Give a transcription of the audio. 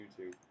YouTube